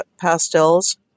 pastels